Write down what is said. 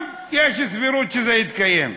גם, יש סבירות שזה יתקיים.